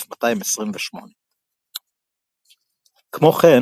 1211–1228. כמו כן